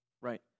right